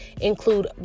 include